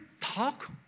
talk